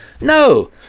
No